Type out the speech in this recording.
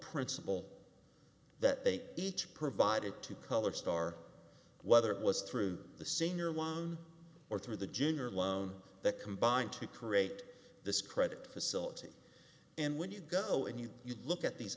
principal that they each provided to color star whether it was through the senior one or through the general loan that combine to create this credit facility and when you go in you you look at these